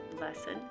lesson